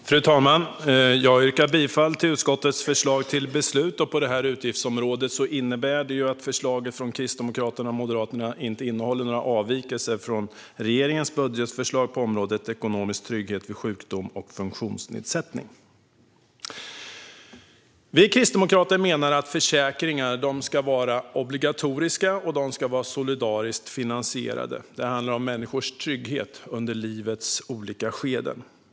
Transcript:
Fru talman! Jag yrkar bifall till utskottets förslag till beslut. På detta utgiftsområde innebär det att förslaget från Kristdemokraterna och Moderaterna inte innehåller några avvikelser från regeringens budgetförslag på området Ekonomisk trygghet vid sjukdom och funktionsnedsättning. Vi kristdemokrater menar att försäkringar ska vara obligatoriska och solidariskt finansierade. Det handlar om människors trygghet under livets olika skeden.